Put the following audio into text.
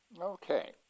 Okay